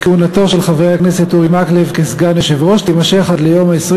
כהונתו של חבר הכנסת אורי מקלב כסגן יושב-ראש תימשך עד ליום 23